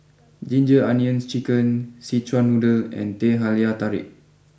Ginger Onions Chicken Szechuan Noodle and Teh Halia Tarik